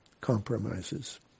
compromises